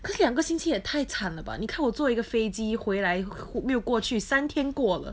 cause 两个星期也太惨了吧你看我做一个飞机回来没有过去三天过了